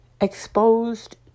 Exposed